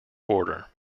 border